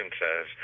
says